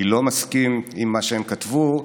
אני לא מסכים למה שהם כתבו,